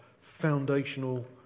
foundational